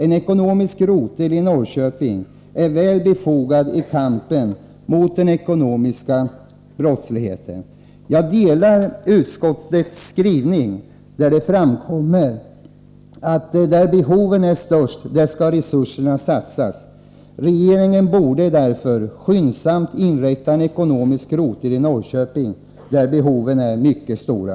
En ekonomisk rotel i Norrköping är väl befogad i kampen mot den ekonomiska brottsligheten. Jag delar utskottets skrivning, vari sägs att resurserna skall satsas där behoven är störst. Regeringen borde därför skyndsamt inrätta en ekonomisk rotel i Norrköping — där är behoven mycket stora.